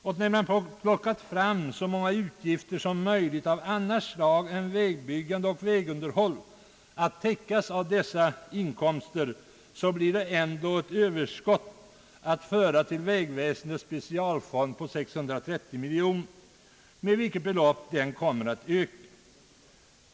Sedan man plockat fram så många utgifter som möjligt av annat slag än till vägbyggande och vägunderhåll att täckas av dessa inkomster, så blir det ändå ett överskott att föra till vägväsendets specialfond på 630 miljoner kronor, med vilket belopp fonden således ökar.